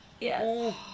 Yes